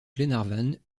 glenarvan